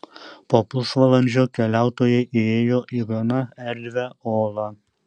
po pusvalandžio keliautojai įėjo į gana erdvią olą